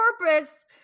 purpose